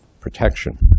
protection